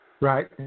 Right